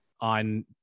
on